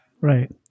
Right